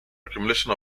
accumulation